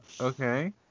Okay